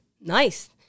Nice